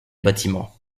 bâtiments